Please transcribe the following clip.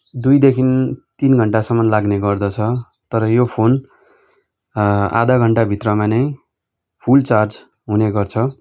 दुईदेखि तिन घन्टासम्म लाग्ने गर्दछ तर यो फोन आधा घन्टाभित्रमा नै फुल चार्ज हुने गर्छ